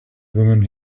woman